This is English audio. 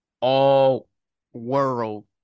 all-world